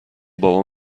بابام